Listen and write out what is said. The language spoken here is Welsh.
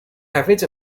hefyd